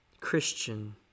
Christian